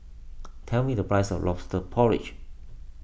tell me the price of Lobster Porridge